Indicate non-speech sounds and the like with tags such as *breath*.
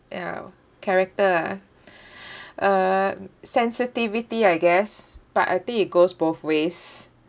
ya character ah *breath* uh sensitivity I guess but I think it goes both ways